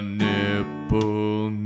nipple